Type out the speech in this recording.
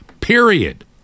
Period